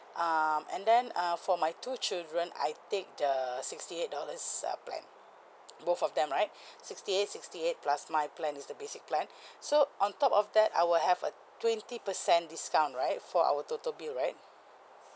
um and then uh for my two children I take the sixty eight dollars uh plan both of them right sixty eight sixty eight plus my plan is the basic plan so on top of that I will have a twenty percent discount right for our total bill right